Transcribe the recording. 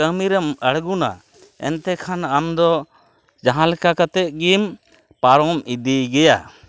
ᱠᱟᱹᱢᱤᱨᱮᱢ ᱟᱬᱜᱳᱱᱟ ᱮᱱᱛᱮ ᱠᱷᱟᱱ ᱟᱢᱫᱚ ᱡᱟᱦᱟᱸ ᱞᱮᱠᱟ ᱠᱟᱛᱮᱫᱜᱮᱢ ᱯᱟᱨᱚᱢ ᱤᱫᱤᱭ ᱜᱮᱭᱟ